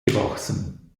gewachsen